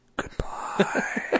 Goodbye